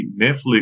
Netflix